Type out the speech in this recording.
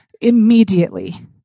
immediately